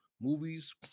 movies